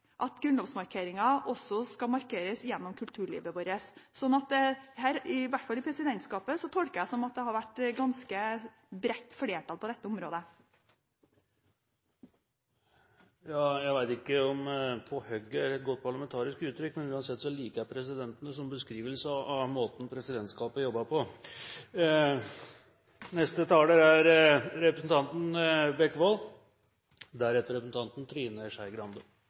også skal markeres gjennom kulturlivet vårt. Så i hvert fall i presidentskapet, tolker jeg det som, har det vært ganske bredt flertall på dette området. Jeg vet ikke om «på høgget» er et godt parlamentarisk uttrykk, men uansett liker presidenten det som beskrivelse av måten presidentskapet jobber på.